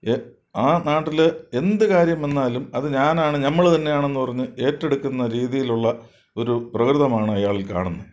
A ആ നാട്ടിൽ എന്തു കാര്യം വന്നാലും അതു ഞാനാണ് ഞമ്മൾ തന്നെയാണെന്നു പറഞ്ഞ് ഏറ്റെടുക്കുന്ന രീതിയിലുള്ള ഒരു പ്രകൃതമാണ് അയാളിൽ കാണുന്ന